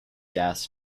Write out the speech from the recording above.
gas